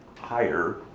higher